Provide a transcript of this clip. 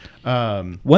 One